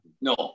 No